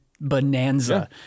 bonanza